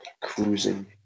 Cruising